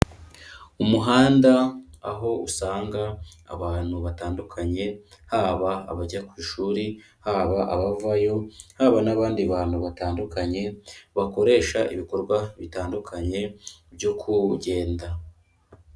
Umuhanda aho usanga abantu batandukanye haba abajya ku ishuri, haba abavayo, haba n'abandi bantu batandukanye bakoresha ibikorwa bitandukanye byo kugenda.